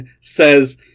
says